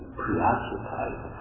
preoccupied